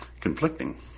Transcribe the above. conflicting